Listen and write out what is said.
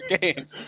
games